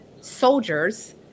soldiers